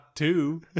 Two